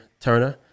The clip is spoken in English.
Turner